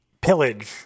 pillage